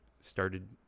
started